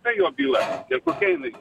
ta jo byla ir kokia jinai